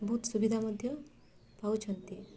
ବହୁତ ସୁବିଧା ମଧ୍ୟ ପାଉଛନ୍ତି